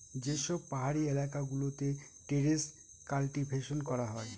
যে সব পাহাড়ি এলাকা গুলোতে টেরেস কাল্টিভেশন করা হয়